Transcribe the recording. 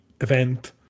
event